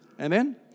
Amen